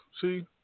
see